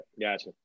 Gotcha